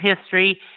history